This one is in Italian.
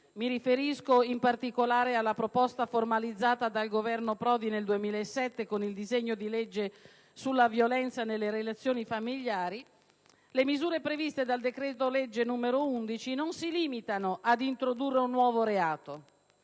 mi riferisco in particolare alla proposta formalizzata dal governo Prodi nel 2007 con il disegno di legge sulla violenza nelle relazioni familiari - le misure previste dal decreto‑legge n. 11 non si limitano ad introdurre un nuovo reato,